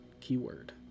keyword